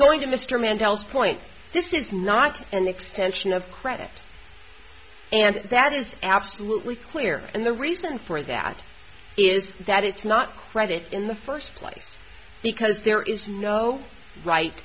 going to mr mandela's point this is not an extension of credit and that is absolutely clear and the reason for that is that it's not credit in the first place because there is no right